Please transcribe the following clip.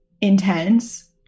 intense